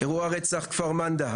אירוע רצח כפר מנדא,